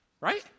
right